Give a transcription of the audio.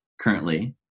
currently